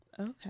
Okay